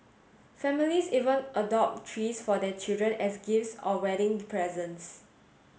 families even adopt trees for their children as gifts or wedding presents